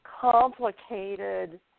complicated